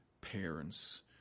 parents